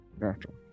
Natural